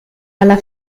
alla